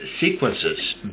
sequences